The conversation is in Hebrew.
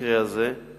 המקרה הזה הוא